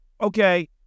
okay